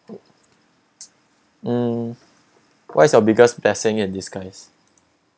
mm what's your biggest blessing in disguise